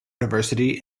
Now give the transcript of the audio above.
diversity